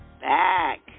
back